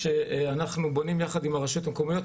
שאנחנו בונים יחד עם הרשויות המקומיות.